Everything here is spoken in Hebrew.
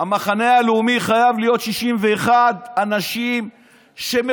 המחנה הלאומי חייב להיות 61 אנשים שמחויבים